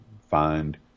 find